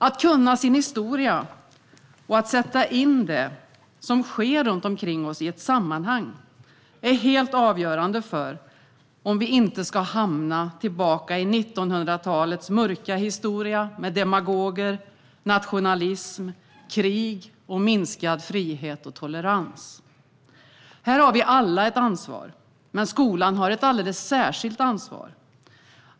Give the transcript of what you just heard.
Att kunna sin historia och att sätta in det som sker runt omkring oss i ett sammanhang är helt avgörande för att vi inte ska återgå till 1900-talets mörka historia med demagoger, nationalism, krig och minskad frihet och tolerans. Här har vi alla ett ansvar, men skolan har ett alldeles särskilt ansvar.